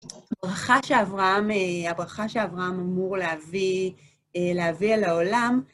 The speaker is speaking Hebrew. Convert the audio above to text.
הברכה שאברהם, הברכה שאברהם אמור להביא, להביא אל העולם.